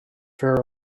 fair